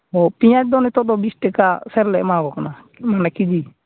ᱚ ᱯᱮᱸᱭᱟᱡᱽ ᱫᱚ ᱱᱤᱛᱚᱜ ᱫᱚ ᱵᱤᱥᱴᱟᱠᱟ ᱥᱮᱨ ᱞᱮ ᱮᱢᱟ ᱠᱚ ᱠᱟᱱᱟ ᱢᱟᱱᱮ ᱠᱮᱡᱤ